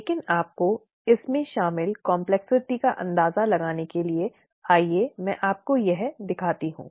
लेकिन आपको इसमें शामिल जटिलता का अंदाजा लगाने के लिए आइए मैं आपको यह दिखाता हूं